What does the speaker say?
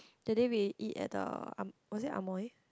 today we eat at the am~ was it amoy